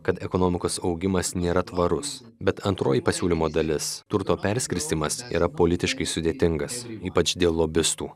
kad ekonomikos augimas nėra tvarus bet antroji pasiūlymo dalis turto perskirstymas yra politiškai sudėtingas ypač dėl lobistų